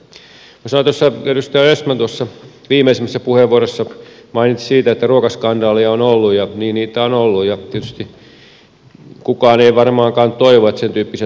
edustaja östman tuossa viimeisimmässä puheenvuorossa mainitsi siitä että ruokaskandaaleja on ollut ja niin niitä on ollut ja tietysti kukaan ei varmaankaan toivo että sentyyppisiä tulisi lisää